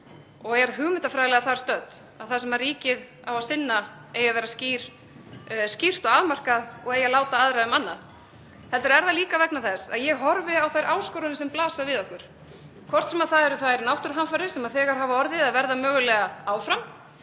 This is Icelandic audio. og er hugmyndafræðilega þar stödd að það sem ríkið á að sinna eigi að vera skýrt og afmarkað og láta eigi aðra um annað, heldur er það líka vegna þess að ég horfi á þær áskoranir sem blasa við okkur, hvort sem það eru þær náttúruhamfarir sem þegar hafa orðið eða verða mögulega áfram,